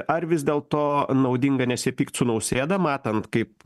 ar vis dėlto naudinga nesipykt su nausėda matant kaip